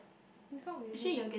we felt